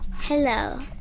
Hello